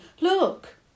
look